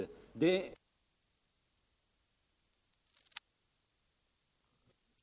Iså fall arbetar regeringen inom stängda dörrar med de här stora frågorna, utan att det största partiet i vårt land har någon möjlighet att delta i arbetet.